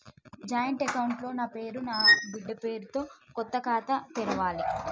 Joint account లో నా పేరు నా బిడ్డే పేరు తో కొత్త ఖాతా ఎలా తెరవాలి?